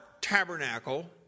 tabernacle